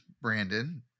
Brandon